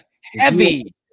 heavy